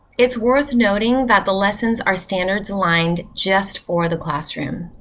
it's worth noting that the lessons are standards aligned just for the classroom.